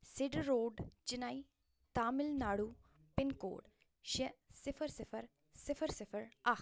cedar road Chennai Tamil Nadu pin code شےٚ صفر صفر صفر صفر اکھ